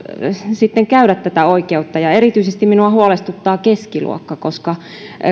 sitten käydä oikeutta erityisesti minua huolestuttaa keskiluokka koska